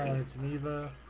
it's neither